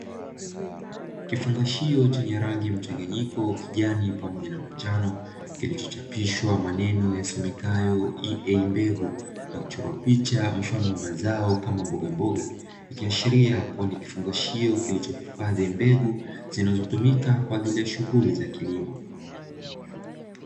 Kifungashio chenye rangi mchanganyiko, kijani pamoja na manjano, kilichochapishwa maneno yasomekayo "ea mbegu" na kuchorwa picha mfano wa mazao kama mbogamboga, ikiashiria kuwa ni kifungashio kilichohifadhi mbegu, zinazotumika kwa ajili ya shughuli za kilimo.